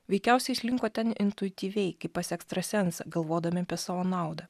veikiausiai slinko ten intuityviai kaip pas ekstrasensą galvodami apie savo naudą